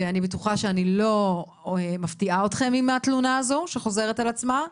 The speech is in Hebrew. ואני בטוחה שאני לא מפתיעה אתכם עם התלונה הזאת שחוזרת על עצמה.